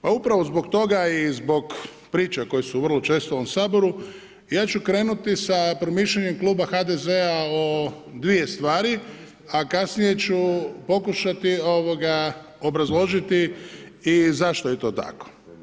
Pa upravo zbog toga i zbog priča koje su vrlo često u ovom Saboru, ja ću krenuti sa promišljanjem Kluba HDZ-a o dvije stvari, a kasnije ću pokušati obrazložiti i zašto je to tako.